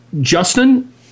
Justin